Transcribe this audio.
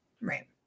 Right